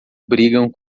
brigam